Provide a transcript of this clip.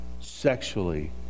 sexually